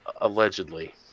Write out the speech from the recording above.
allegedly